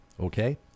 okay